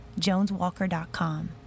joneswalker.com